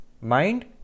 mind